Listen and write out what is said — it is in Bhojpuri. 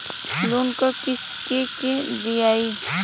लोन क किस्त के के दियाई?